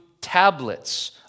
tablets